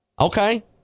Okay